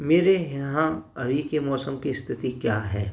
मेरे यहाँ अभी के मौसम की स्थिति क्या है